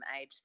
age